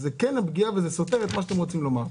יש כאן פגיעה וזה סותר את מה שאתם רוצים לומר.